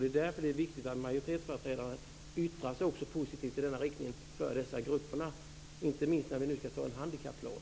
Det är därför det är viktigt att majoritetsföreträdare också yttrar sig positivt i denna riktning för dessa grupper, inte minst när vi nu ska anta en handikapplan.